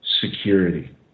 security